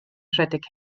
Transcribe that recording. rhedeg